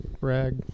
rag